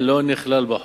ולשמה אין משמעות.